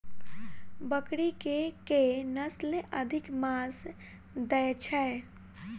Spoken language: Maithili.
बकरी केँ के नस्ल अधिक मांस दैय छैय?